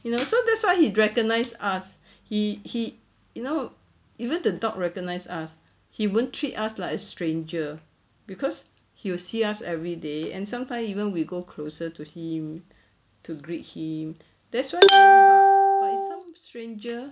you know so that's why he recognise us he he you know even the dog recognise us he won't treat us like a stranger cause he will see us everyday and sometimes even we go closer to him to greet him that's why he won't bark but if some stranger